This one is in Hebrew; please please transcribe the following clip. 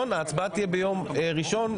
ראשון ההצבעה תהיה ביום ראשון.